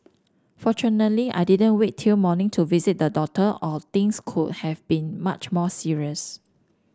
fortunately I didn't wait till morning to visit the doctor or things could have been much more serious